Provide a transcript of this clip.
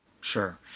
Sure